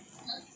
!huh!